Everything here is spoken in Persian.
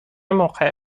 موقع